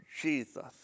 Jesus